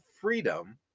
freedom